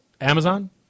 Amazon